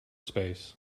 space